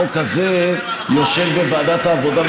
החוק הזה יושב בוועדת העבודה,